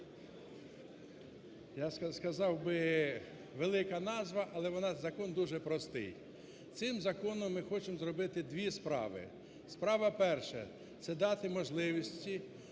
я сказав би, велика назва. Але вона, закон дуже простий. Цим законом ми хочемо зробити дві справи. Справа перша. Це дати можливості,